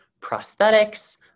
prosthetics